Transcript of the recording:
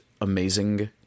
amazing